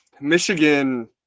Michigan